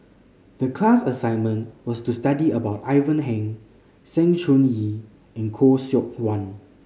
the class assignment was to study about Ivan Heng Sng Choon Yee and Khoo Seok Wan